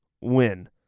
win